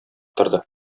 торды